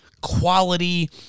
quality